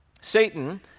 Satan